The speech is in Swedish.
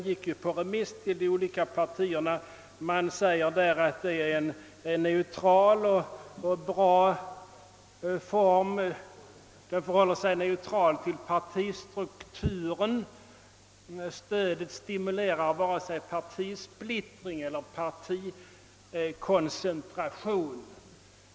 Socialdemokraterna säger i sitt remissyttrande att partistödet fått en neutral och bra utforming. Det förhåller sig neutralt till partistrukturen och stimulerar varken partisplittring eller partikoncentration.